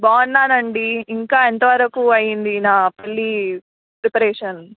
బాగున్నాను అండి ఇంకా ఎంతవరకు అయింది నా పెళ్ళి ప్రిపరేషన్